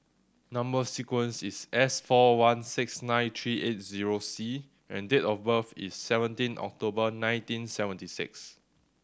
number sequence is S four one six nine three eight zero C and date of birth is seventeen October nineteen seventy six